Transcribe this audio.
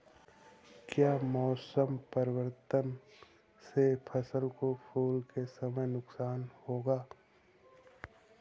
क्या मौसम परिवर्तन से फसल को फूल के समय नुकसान होगा?